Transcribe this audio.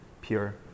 pure